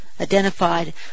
identified